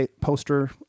Poster